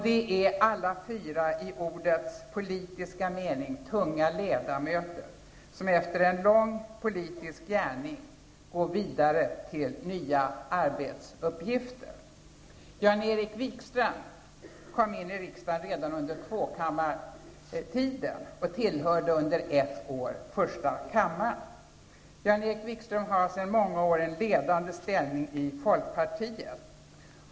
De är alla fyra i ordets politiska mening tunga ledamöter, som efter en lång politisk gärning går vidare till nya arbetsuppgifter. Jan-Erik Wikström kom in i riksdagen redan under tvåkammartiden och tillhörde under ett år första kammaren. Jan-Erik Wikström har sedan många år en ledande ställning i Folkpartiet.